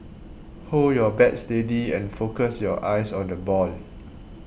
hold your bat steady and focus your eyes on the ball